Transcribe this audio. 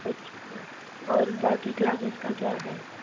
अच्छा और बाक़ी क्लासेस का क्या है